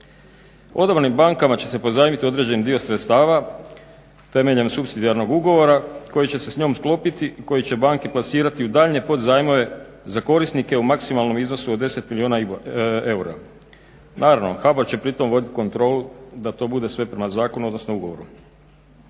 Odabranim bankama će se pozajmiti određeni dio sredstava temeljem supsidijarnog ugovora koji će se s njom sklopiti koji će banke plasirati u daljnje podzajmove za korisnike u maksimalnom iznosu od 10 milijuna eura. Naravno, HBOR će pri tom voditi kontrolu da to bude sve prema zakonu odnosno ugovoru.